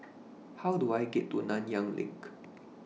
How Do I get to Nanyang LINK